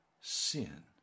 sin